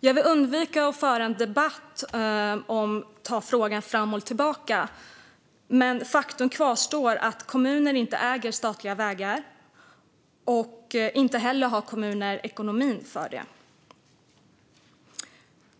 Jag vill undvika att föra en debatt där frågan tas fram och tillbaka, men faktum kvarstår: Kommunerna äger inte statliga vägar, och inte heller har de ekonomi för det.